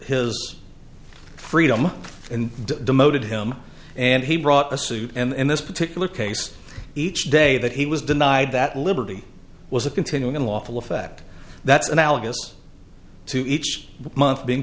his freedom and demoted him and he brought a suit and in this particular case each day that he was denied that liberty was a continuing unlawful effect that's analogous to each month being